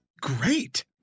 great